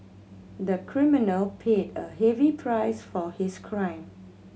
the criminal paid a heavy price for his crime